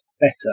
better